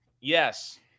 Yes